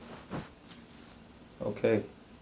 okay